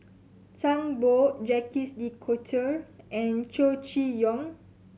Zhang Bohe Jacques De Coutre and Chow Chee Yong